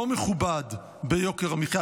לא מכובד, ביוקר המחיה.